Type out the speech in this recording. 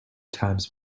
times